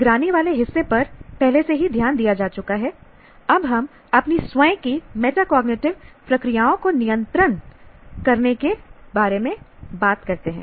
निगरानी वाले हिस्से पर पहले से ही ध्यान दिया जा चुका है अब हम अपनी स्वयं की मेटाकोग्निटिव प्रक्रियाओं को नियंत्रित करने के बारे में बात करते हैं